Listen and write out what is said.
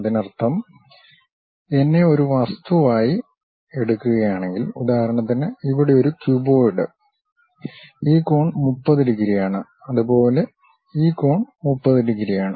അതിനർത്ഥം എന്നെ ഒരു വസ്തുവായി എടുക്കുകയാണെങ്കിൽ ഉദാഹരണത്തിന് ഇവിടെ ക്യൂബോയിഡ് ഈ കോൺ 30 ഡിഗ്രിയാണ് അതുപോലെ ഈ കോൺ 30 ഡിഗ്രിയാണ്